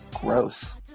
gross